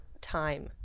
time